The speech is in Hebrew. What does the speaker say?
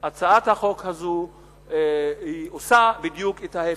הצעת החוק הזאת עושה בדיוק את ההיפך.